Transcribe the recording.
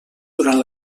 durant